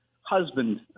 husband